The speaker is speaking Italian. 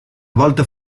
volta